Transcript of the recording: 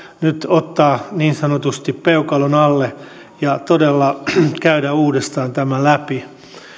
nyt ottaa niin sanotusti peukalon alle ja todella käydä uudestaan tämä läpi